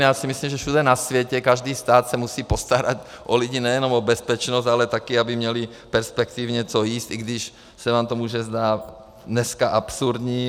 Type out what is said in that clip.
Já si myslím, že všude na světě, každý stát se musí postarat o lidi, nejenom o bezpečnost, ale také aby měli perspektivně co jíst, i když se vám to může zdát dneska absurdní.